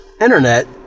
internet